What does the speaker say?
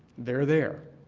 they're there.